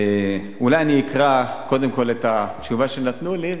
אולי אני אקרא קודם כול את התשובה שנתנו לי,